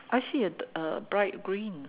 I see a a bright green